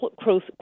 close